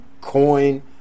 coin